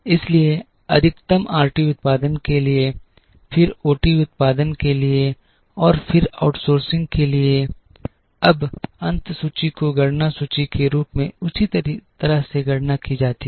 इसलिए अधिकतम आरटी उत्पादन के लिए फिर ओटी उत्पादन के लिए दिया जाता है और फिर आउटसोर्सिंग के लिए अब अंत सूची को गणना सूची के रूप में उसी तरह से गणना की जाती है